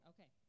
Okay